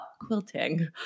quilting